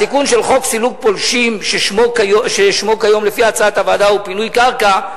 התיקון של חוק סילוק פולשים ששמו כיום לפי הצעת הוועדה הוא פינוי קרקע,